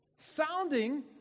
sounding